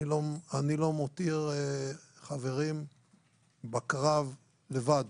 אני לא מותיר חברים בקרב לבד.